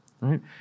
right